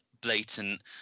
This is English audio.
blatant